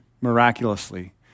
miraculously